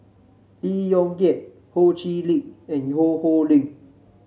Lee Yong Kiat Ho Chee Lick and Ho Ho Ying